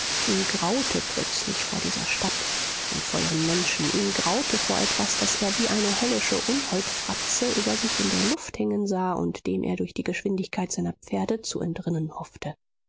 ihm graute plötzlich vor dieser stadt und vor ihren menschen ihm graute vor etwas das er wie eine höllische unholdfratze über sich in der luft hängen sah und dem er durch die geschwindigkeit seiner pferde zu entrinnen hoffte